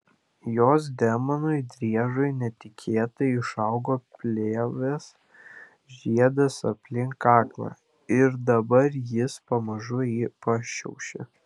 jos demonui driežui netikėtai išaugo plėvės žiedas aplink kaklą ir dabar jis pamažu jį pašiaušė